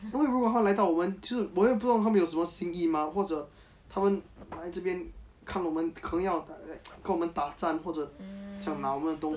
如果他们来到我们就是我们也不懂他们有什么心意吗或者他们来这边看我们可能 like 要和我们打战或者想拿我们的东西